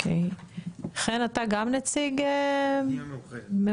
חן אתה גם נציג מאוחדת?